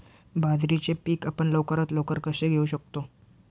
बाजरीचे पीक आपण लवकरात लवकर कसे घेऊ शकतो?